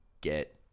get